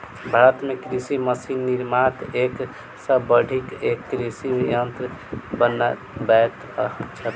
भारत मे कृषि मशीन निर्माता एक सॅ बढ़ि क एक कृषि यंत्र बनबैत छथि